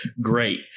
Great